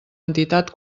entitat